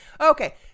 Okay